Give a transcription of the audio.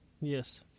yes